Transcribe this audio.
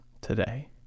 today